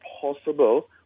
possible